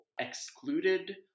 excluded